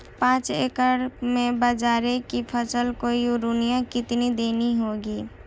पांच एकड़ में बाजरे की फसल को यूरिया कितनी देनी होगी?